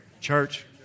Church